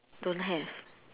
don't have